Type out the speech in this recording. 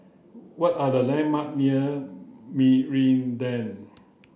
what are the landmark near Meridian